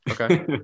okay